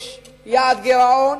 יש יעד גירעון,